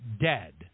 dead